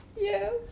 Yes